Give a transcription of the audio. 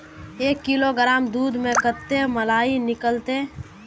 एक किलोग्राम दूध में कते मलाई निकलते?